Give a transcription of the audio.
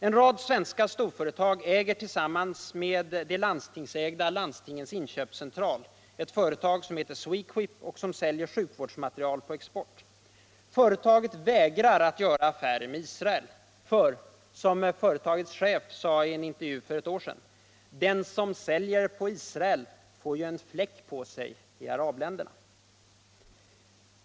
En rad svenska storföretag äger tillsammans med det landstingsägda Candstingens Inköpseentral ett företag som heter Swequip och som säljer sjuk vårdsmateriel på export. Företaget viägrar att göra affärer med Isracl, för — som företagets chef sade i en intervju för ett år sedan — ”den som säljer på Israel får ju en fläck på sig i arabländerna”.